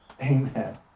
Amen